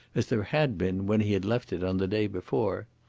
as there had been when he had left it on the day before.